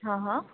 હઁ હઁ